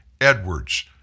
Edwards